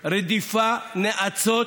רדיפות, נאצות,